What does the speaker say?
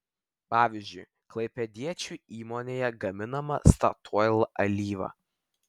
pavyzdžiui klaipėdiečių įmonėje gaminama statoil alyva